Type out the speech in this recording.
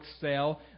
sale